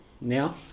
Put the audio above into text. now